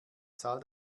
zahl